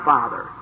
Father